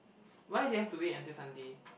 why do you have to wait until Sunday